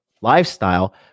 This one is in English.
lifestyle